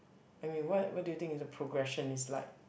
I mean what what do you think is the progression is like